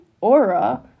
Aura